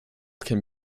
can